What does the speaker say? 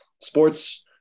Sports